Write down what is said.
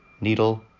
Needle